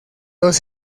dos